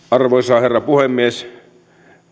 arvoisa herra puhemies